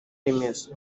remezo